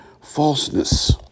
falseness